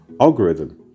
Algorithm